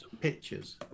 pictures